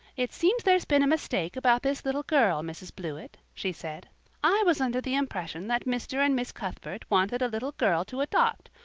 it seems there's been a mistake about this little girl, mrs. blewett, she said. i was under the impression that mr. and miss cuthbert wanted a little girl to adopt.